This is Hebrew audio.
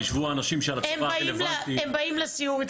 הם באים לסיור איתך ביום חמישי.